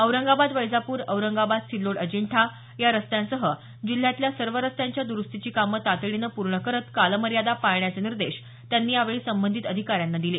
औरंगाबाद वैजापूर औरंगाबाद सिल्लोड अजिंठा या रस्त्यांसह जिल्ह्यातल्या सर्व रस्त्यांच्या द्रुस्तीची कामं तातडीनं पूर्ण करत कालमर्यादा पाळण्याचे निर्देश त्यांनी यावेळी संबंधित अधिकाऱ्यांना दिले